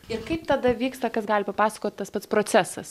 ir kaip tada vyksta kas gali papasakot tas pats procesas